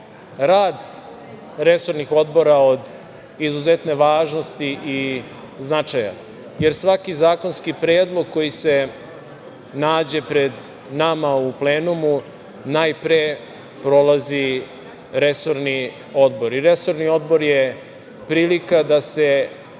rad resornih odbora od izuzetne važnosti i značaja, jer svaki zakonski predlog koji se nađe pred nama u plenumu najpre prolazi resorni odbor. Resorni odbor je prilika da se